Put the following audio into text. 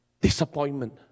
disappointment